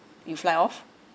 we fly off